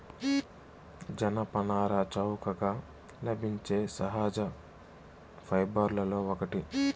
జనపనార చౌకగా లభించే సహజ ఫైబర్లలో ఒకటి